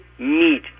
meat